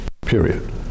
period